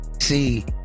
See